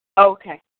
Okay